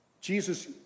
Jesus